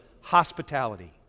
hospitality